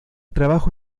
trabajo